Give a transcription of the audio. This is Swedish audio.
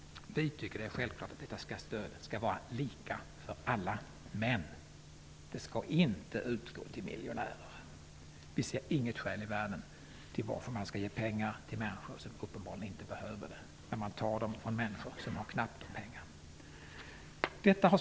Vi tycker att det är självklart att stödet skall vara lika för alla, men det skall inte utgå till miljonärer. Vi ser inget skäl i världen till att man skall ta pengar från människor som har knappt om dem och ge dem till människor som uppenbarligen inte behöver dem.